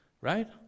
right